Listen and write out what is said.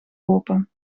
open